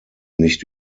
nicht